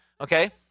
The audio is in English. Okay